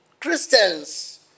Christians